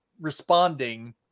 responding